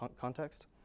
context